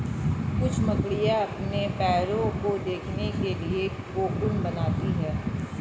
कुछ मकड़ियाँ अपने पैरों को ढकने के लिए कोकून बनाती हैं